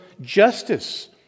justice